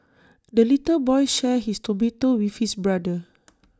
the little boy shared his tomato with his brother